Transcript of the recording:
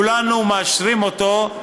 כולנו מאשרים אותו,